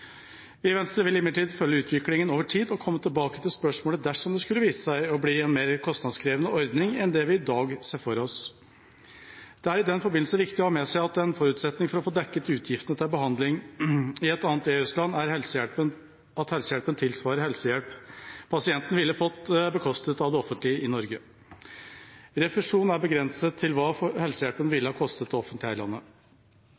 i Venstre vil imidlertid følge utviklingen over tid og komme tilbake til spørsmålet dersom det skulle vise seg å bli en mer kostnadskrevende ordning enn det vi i dag ser for oss. Det er i den forbindelse viktig å ha med seg at en forutsetning for å få dekket utgiftene til behandling i et annet EØS-land er at helsehjelpen tilsvarer helsehjelp pasienten ville fått bekostet av det offentlige i Norge. Refusjonen er begrenset til hva helsehjelpen